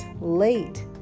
late